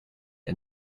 and